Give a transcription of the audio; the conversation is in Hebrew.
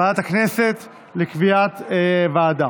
לוועדת הכנסת לקביעת ועדה.